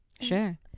sure